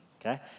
Okay